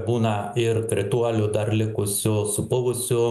būna ir krituolių dar likusių supuvusių